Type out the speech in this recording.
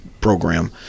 program